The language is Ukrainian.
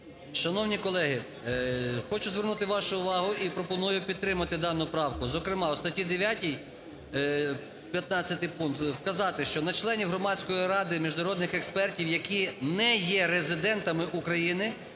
Шановні колеги, хочу звернути вашу увагу і пропоную підтримати дану правку. Зокрема у статті 9, 15 пункт, вказати, що на членів Громадської ради міжнародних експертів, які не є резидентами України,